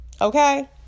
Okay